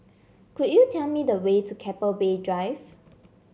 could you tell me the way to Keppel Bay Drive